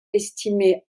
estimée